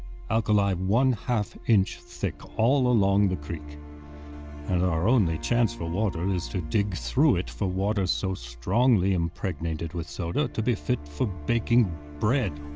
alkali one two inch thick all along the creek and our only chance for water is to dig through it for water so strongly impregnated with soda to be fit for baking bread.